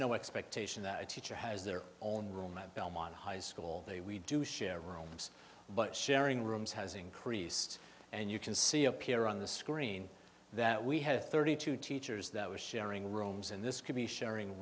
no expectation that a teacher has their own room at belmont high school they we do share rooms but sharing rooms has increased and you can see appear on the screen that we have thirty two teachers that were sharing rooms and this could be sharing